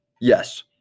Yes